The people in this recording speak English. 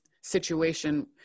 situation